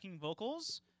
vocals